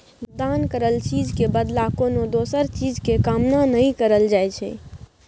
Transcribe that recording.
दान करल चीज के बदला कोनो दोसर चीज के कामना नइ करल जाइ छइ